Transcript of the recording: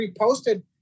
reposted